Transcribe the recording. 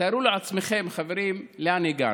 תארו לעצמכם חברים, לאן הגענו,